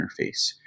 interface